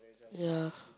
ya